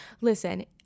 listen